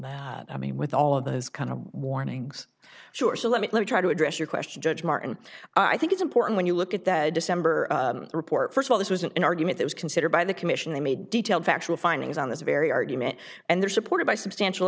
on i mean with all of those kind of warnings sure so let me try to address your question judge martin i think it's important when you look at that december report first of all this was an argument that was considered by the commission they made detailed factual findings on this very argument and they're supported by substantial